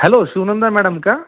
hello Shivnanda madam का